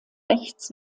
rechts